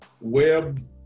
web